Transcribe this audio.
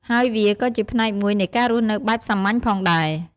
ហើយវាក៏ជាផ្នែកមួយនៃការរស់នៅបែបសាមញ្ញផងដែរ។